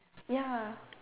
ya